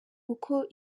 uko